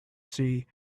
see